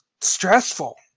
stressful